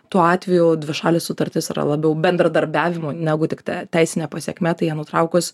tuo atveju dvišalė sutartis yra labiau bendradarbiavimo negu tik ta teisinė pasekmė tai ją nutraukus